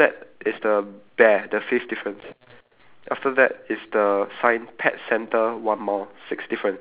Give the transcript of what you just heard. magical toy shop the fourth difference the word okay below that is the bear the fifth difference